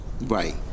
Right